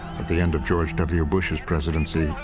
at the end of george w. bush's presidency,